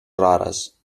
rares